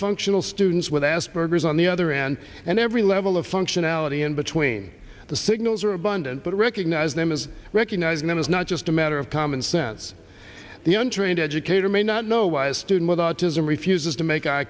functional students with asperger's on the other end and every level of functionality in between the signals are abundant but recognize them as recognizing it is not just a matter of common sense the untrained educator may not know why a student with autism refuses to make eye